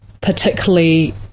particularly